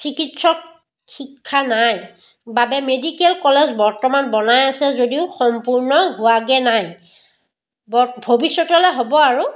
চিকিৎসক শিক্ষা নাই বাবে মেডিকেল কলেজ বৰ্তমান বনাই আছে যদিও সম্পূৰ্ণ হোৱাগৈ নাই ব ভৱিষ্যতলৈ হ'ব আৰু